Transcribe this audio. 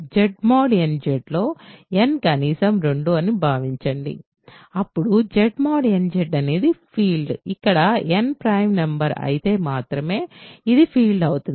Z mod n Z లో n కనీసం 2 అని భావించండి అప్పుడు Z mod n Z అనేది ఫీల్డ్ ఇక్కడ n ప్రైమ్ నెంబర్ అయితే మాత్రమే ఇది ఫీల్డ్ అవుతుంది